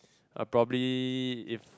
I'll probably if